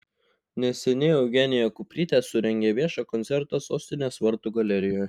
neseniai eugenija kuprytė surengė viešą koncertą sostinės vartų galerijoje